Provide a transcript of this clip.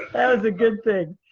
that was a good thing.